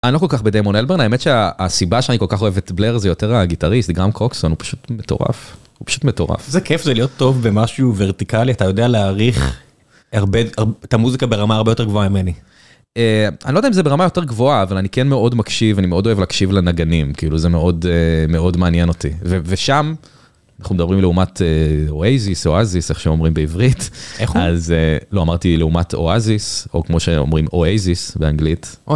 אני לא כל כך בדיימון אלברן, האמת שהסיבה שאני כל כך אוהב את בלר זה יותר הגיטריסט, גרהם קוקסון, הוא פשוט מטורף. הוא פשוט מטורף. איזה כיף זה להיות טוב במשהו ורטיקלי, אתה יודע להעריך, הרבה, את המוזיקה ברמה הרבה יותר גבוהה ממני. אה, אני לא יודע אם זה ברמה יותר גבוהה, אבל אני כן מאוד מקשיב, אני מאוד אוהב להקשיב לנגנים, כאילו זה מאוד, מאוד מעניין אותי. ושם, אנחנו מדברים לעומת אואזיס, אואזיס, איך שאומרים בעברית. איך אומרים? לא, אמרתי לעומת אואזיס, או כמו שאומרים אואייזיס באנגלית.